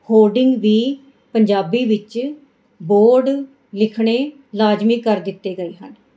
hoarding ਵੀ ਪੰਜਾਬੀ ਵਿੱਚ board ਲਿਖਣੇ ਲਾਜ਼ਮੀ ਕਰ ਦਿੱਤੇ ਗਏ ਹਨ